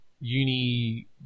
uni